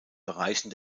bereichen